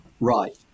Right